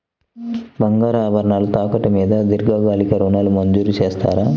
బంగారు ఆభరణాలు తాకట్టు మీద దీర్ఘకాలిక ఋణాలు మంజూరు చేస్తారా?